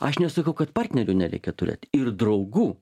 aš nesakau kad partnerių nereikia turėt ir draugų